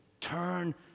turn